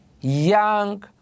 young